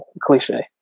cliche